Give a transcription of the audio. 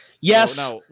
Yes